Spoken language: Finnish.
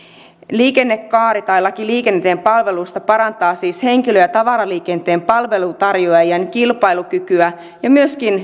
liikennekaari tai laki liikenteen palveluista parantaa siis henkilö ja tavaraliikenteen palveluntarjoajien kilpailukykyä ja myöskin